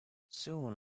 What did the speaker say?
soon